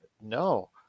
no